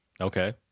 Okay